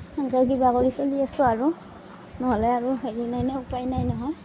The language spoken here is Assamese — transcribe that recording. সেনেকেই কিবা কৰি চলি আছোঁ আৰু নহ'লে আৰু হেৰি নাই নহয় উপাই নাই নহয়